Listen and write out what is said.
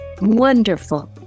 wonderful